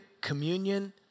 communion